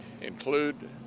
include